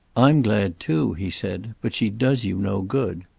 i'm glad too, he said but she does you no good.